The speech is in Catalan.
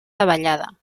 davallada